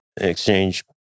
exchange